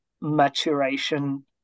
maturation